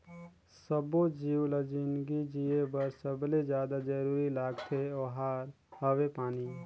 सब्बो जीव ल जिनगी जिए बर सबले जादा जरूरी लागथे ओहार हवे पानी